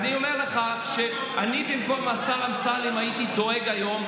אני אומר לך שאני במקום השר אמסלם הייתי דואג היום,